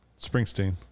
springsteen